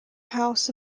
house